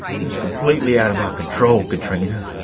it was completely out of my control katrina.